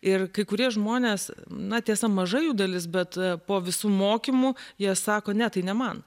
ir kai kurie žmonės na tiesa maža jų dalis bet po visų mokymų jie sako ne tai ne man